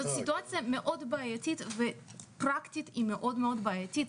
זו סיטואציה מאוד בעייתית ופרקטית היא מאוד מאוד בעייתית,